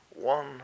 one